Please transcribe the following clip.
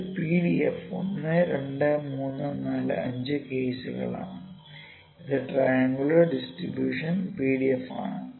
ഇത് PDF 1 2 3 4 5 കേസുകളാണ് ഇത് ട്രയൻങ്കുലർ ഡിസ്ട്രിബൂഷൻ PDF ആണ്